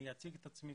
אני אציג את עצמי קצת.